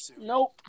Nope